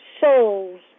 souls